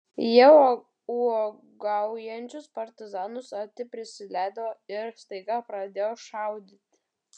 jie uogaujančius partizanus arti prisileido ir staiga pradėjo šaudyti